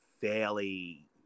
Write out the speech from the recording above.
fairly